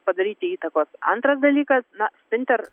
padaryti įtakos antras dalykas na spinter